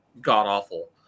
god-awful